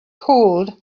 cooled